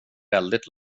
väldigt